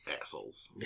Assholes